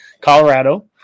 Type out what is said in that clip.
colorado